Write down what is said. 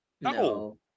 no